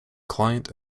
client